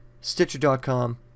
stitcher.com